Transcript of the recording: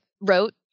wrote